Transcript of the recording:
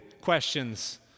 questions